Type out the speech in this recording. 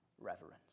reverence